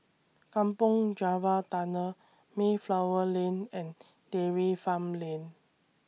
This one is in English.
Kampong Java Tunnel Mayflower Lane and Dairy Farm Lane